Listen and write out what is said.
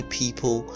people